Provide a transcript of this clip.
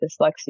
dyslexia